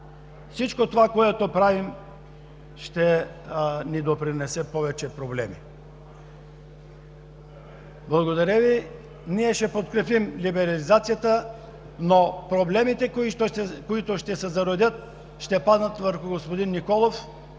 всичко това, което правим, ще ни донесе повече проблеми. Ние ще подкрепим либерализацията, но проблемите, които ще се зародят, ще паднат върху господин Николов,